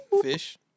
fish